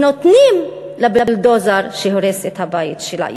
ונותנים לבולדוזר שהורס את הבית שלה.